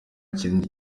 kindi